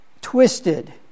twisted